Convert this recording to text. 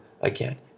again